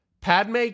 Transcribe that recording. Padme